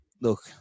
look